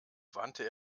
wandte